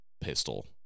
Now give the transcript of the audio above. pistol